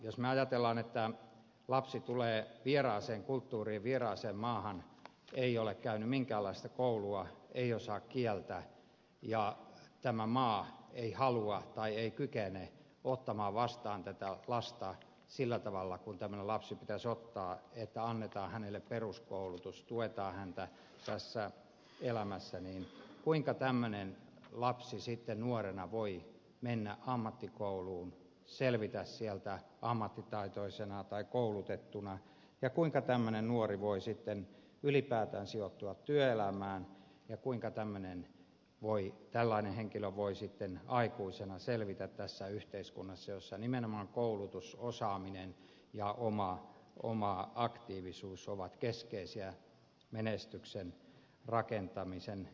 jos me ajattelemme että lapsi tulee vieraaseen kulttuuriin vieraaseen maahan ei ole käynyt minkäänlaista koulua ei osaa kieltä ja tämä maa ei halua tai ei kykene ottamaan vastaan tätä lasta sillä tavalla kuin tämmöinen lapsi pitäisi ottaa että annetaan hänelle peruskoulutus tuetaan häntä tässä elämässä niin kuinka tämmöinen lapsi sitten nuorena voi mennä ammattikouluun selvitä sieltä ammattitaitoisena koulutettuna ja kuinka tämmöinen nuori voi sitten ylipäätään sijoittua työelämään ja kuinka tällainen henkilö voi sitten aikuisena selvitä tässä yhteiskunnassa jossa nimenomaan koulutus osaaminen ja oma aktiivisuus ovat keskeisiä menestyksen rakentamisen elementtejä